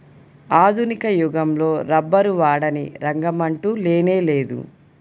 ఆధునిక యుగంలో రబ్బరు వాడని రంగమంటూ లేనేలేదు